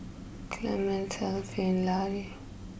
Clemence Elfie and Larry